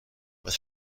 with